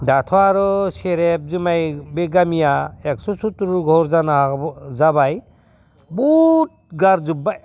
दाथ' आरो सेरेब जुमाय बे गामिआ एगस' सदथर घर जानाबो जाबाय बहुद गारजोबबाय